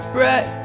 Brett